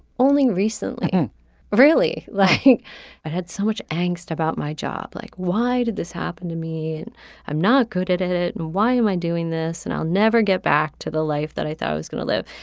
only recently i really like it had so much angst about my job like why did this happen to me. and i'm not good at it. and why am i doing this. and i'll never get back to the life that i thought i was going to live.